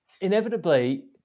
inevitably